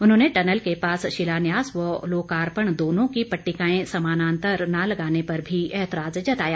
उन्होंने टनल के पास शिलान्यास व लोकार्पण दोनों की पट्टिकाएं समानांतर न लगाने पर भी एतराज जताया